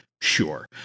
Sure